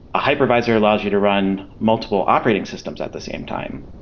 a hypervisor allows you to run multiple operating systems at the same time.